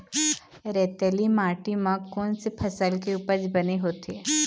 रेतीली माटी म कोन से फसल के उपज बने होथे?